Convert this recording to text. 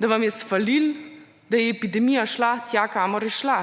da vam je sfalilo, da je epidemija šla tja, kamor je šla.